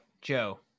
Joe